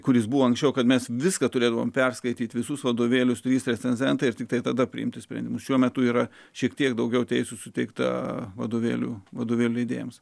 kuris buvo anksčiau kad mes viską turėdavome perskaityti visus vadovėlius trys recenzentai ir tiktai tada priimti sprendimus šiuo metu yra šiek tiek daugiau teisių suteikta vadovėliu vadovėlinėms